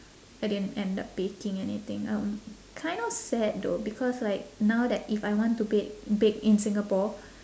I didn't end up baking anything um kind of sad though because like now that if I want to bake bake in singapore